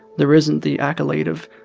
there isn't the accolade of